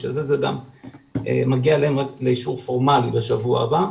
בשביל זה זה מגיע אליהם לאישור פורמלי בשבוע הבא.